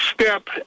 step